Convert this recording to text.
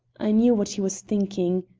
i knew what he was thinking.